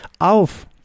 Auf